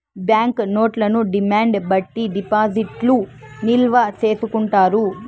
bank నోట్లను demand బట్టి డిపాజిట్లు నిల్వ చేసుకుంటారు